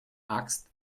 axt